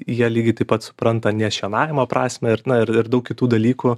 jie lygiai taip pat supranta nešienavimo prasmę ir na ir ir daug kitų dalykų